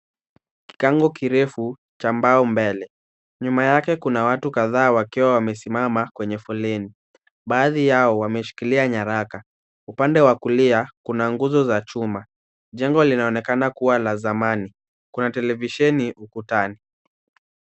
Kikaango kirefu cha mbao mbele, nyuma yake kuna watu kadhaa wakiwa wamesimama kwenye foleni. Baadhi yao wameshikilia nyaraka, upande wa kulia kuna nguzo za chuma, jengo linaonekana kuwa la zamani, kuna televisheni ukutani.